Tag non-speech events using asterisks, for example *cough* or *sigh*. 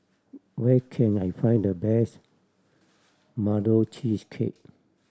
where can I find the best *unintelligible* cheesecake